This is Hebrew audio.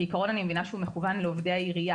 בעיקרון אני מבינה שהוא מכוון לעובדי העירייה